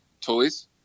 toys